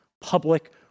public